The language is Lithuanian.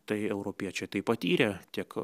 tai europiečiai tai patyrė tiek